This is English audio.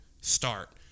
start